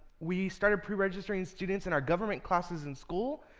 we started pre-registering students in our government classes in school.